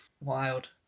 wild